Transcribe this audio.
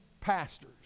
pastors